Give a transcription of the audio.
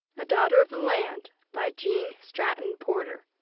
a daughter of the land by gene stratton-porter